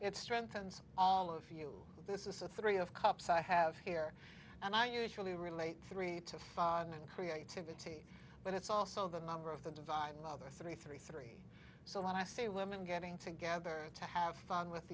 it strengthens all of you this is the three of cups i have here and i usually relate three to father and creativity but it's also the number of the divine mother three three three so when i see women getting together to have fun with